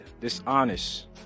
dishonest